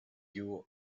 you